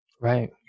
Right